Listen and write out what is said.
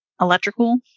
electrical